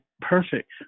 perfect